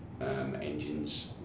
engines